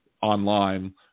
online